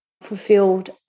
fulfilled